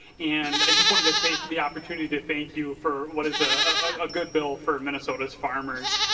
and i just want to to take the opportunity to thank you for what is a good bill for minnesota's farmers.